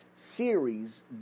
series